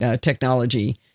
technology